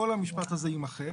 כל המשפט הזה יימחק.